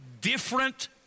different